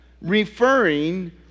referring